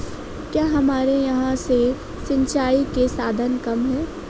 क्या हमारे यहाँ से सिंचाई के साधन कम है?